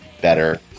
better